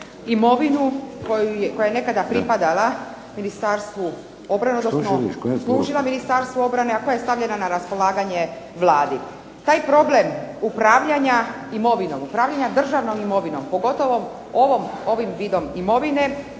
imovinu koja je nekada pripadala Ministarstvu obrane, koja je služila